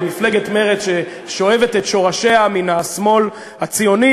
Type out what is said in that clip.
במפלגת מרצ ששואבת את שורשיה מהשמאל הציוני